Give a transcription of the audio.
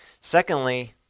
Secondly